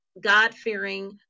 God-fearing